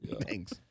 Thanks